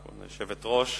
כבוד היושבת-ראש,